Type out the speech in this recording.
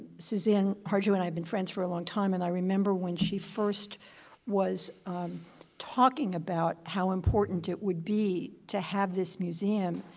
suzan harjo and i have been friends for a long time and i remember when she first was talking about how important it would be to have this museum,